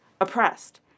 oppressed